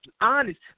honest